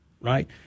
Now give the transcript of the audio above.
right